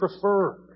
prefer